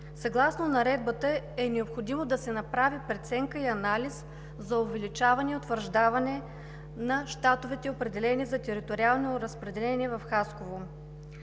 съгласно Наредбата е необходимо да се направи преценка и анализ за увеличаване и утвърждаване на щатовете, определени за Териториално разпределение – Хасково.